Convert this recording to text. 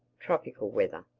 tropical weather.